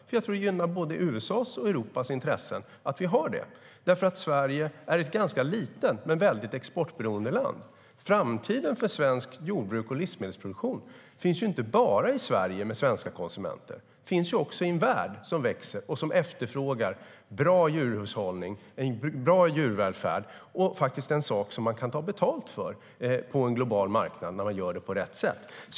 Jag tror att det gynnar både USA:s och Europas intressen att vi har det, därför att Sverige är ett ganska litet men väldigt exportberoende land. Framtiden för svenskt jordbruk och svensk livsmedelsproduktion finns inte bara i Sverige med svenska konsumenter. Det finns också i en värld som växer och som efterfrågar bra djurhushållning och bra djurvälfärd. Det är faktiskt något som man kan ta betalt för på en global marknad när man gör det på rätt sätt.